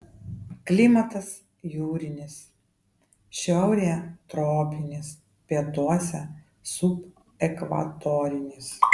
klimatas jūrinis šiaurėje tropinis pietuose subekvatorinis